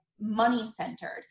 money-centered